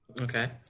Okay